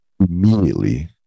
immediately